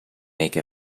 make